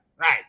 Right